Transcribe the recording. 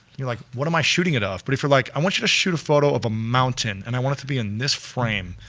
you're like what am i shooting it of? but if we're like i want you to shoot a photo of a mountain, and i want it to be in this frame,